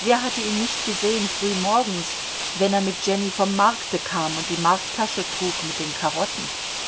wer hatte ihn nicht gesehen früh morgens wenn er mit jenny vom markte kam und die markttasche trug mit den karotten